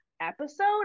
episode